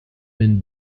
been